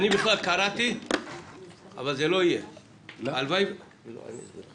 לכן הוועדה קוראת למשרד האוצר למצוא את הדרך